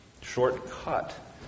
shortcut